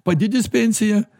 padidis pensiją